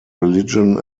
religion